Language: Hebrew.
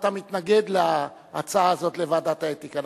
אתה מתנגד להצעה הזאת לוועדת האתיקה,